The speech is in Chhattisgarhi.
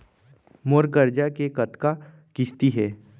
मोर करजा के कतका किस्ती हे?